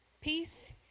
peace